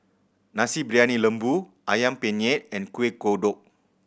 Nasi Briyani Lembu Ayam Penyet and Kueh Kodok